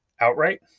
outright